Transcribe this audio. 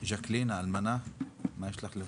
ז'קלין האלמנה, מה יש לך להוסיף?